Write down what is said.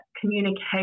communication